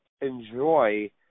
enjoy